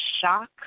shock